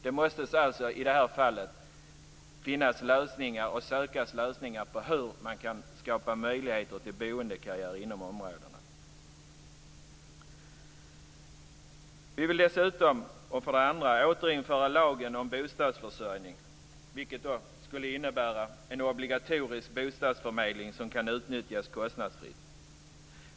Det måste alltså i detta fall sökas lösningar på hur man kan skapa möjligheter till boendekarriär inom områdena. För det andra vill vi återinföra lagen om bostadsförsörjning, vilket skulle innebära en obligatorisk bostadsförmedling som kan utnyttjas kostnadsfritt.